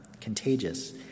contagious